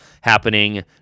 happening